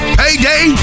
payday